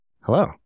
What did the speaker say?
Hello